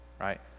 right